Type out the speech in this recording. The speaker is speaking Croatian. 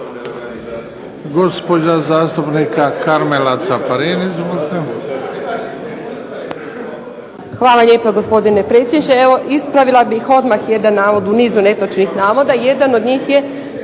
Hvala lijepa gospodine predsjedniče. Evo ispravila bih odmah jedan navod u nizu netočnih navoda. Jedan od njih je,